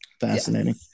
Fascinating